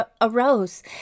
arose